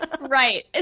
right